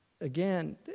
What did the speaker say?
Again